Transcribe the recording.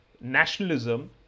nationalism